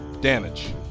damage